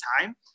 time